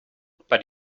but